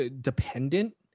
dependent